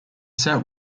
set